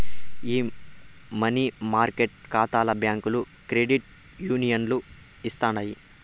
ఈ money market కాతాల బాకీలు క్రెడిట్ యూనియన్లు ఇస్తుండాయి